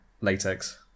latex